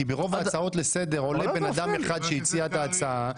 -- כי ברוב ההצעות לסדר עולה בן אדם אחד שהציע את ההצעה,